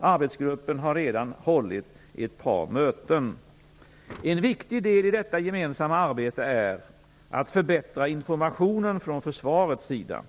Arbetsgruppen har redan hållit ett par möten. En viktig del i detta gemensamma arbete är att förbättra informationen från försvarets sida.